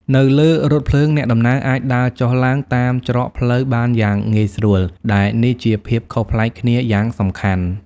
នៅលើរថភ្លើង អ្នកដំណើរអាច ដើរចុះឡើង តាមច្រកផ្លូវបានយ៉ាងងាយស្រួល ដែលនេះជាភាពខុសប្លែកគ្នាយ៉ាងសំខាន់។